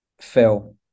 Phil